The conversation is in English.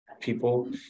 people